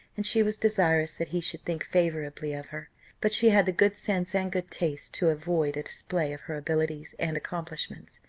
and she was desirous that he should think favourably of her but she had the good sense and good taste to avoid a display of her abilities and accomplishments.